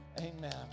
Amen